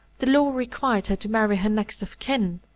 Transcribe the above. the law required her to marry her next of kin.